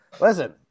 listen